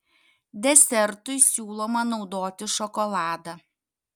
desertui siūloma naudoti šokoladą